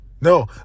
No